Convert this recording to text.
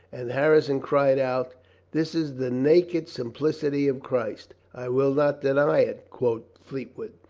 and harrison cried out this is the naked sim plicity of christ, i will not deny it, quoth fleetwood.